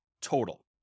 total